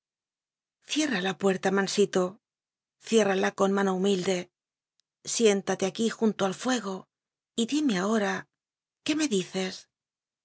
cierra la puerta mansito ciérrala con mano humilde siéntate aquí junto al fuego y dime ahora qué me dices